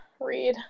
read